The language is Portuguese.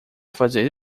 fazer